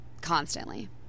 constantly